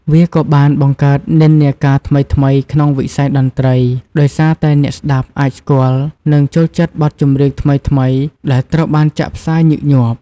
វាក៏បាន បង្កើតនិន្នាការថ្មីៗក្នុងវិស័យតន្ត្រី ដោយសារតែអ្នកស្តាប់អាចស្គាល់ និងចូលចិត្តបទចម្រៀងថ្មីៗ ដែលត្រូវបានចាក់ផ្សាយញឹកញាប់។